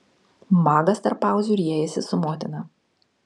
magas tarp pauzių riejasi su motina